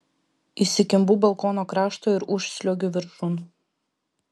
įsikimbu balkono krašto ir užsliuogiu viršun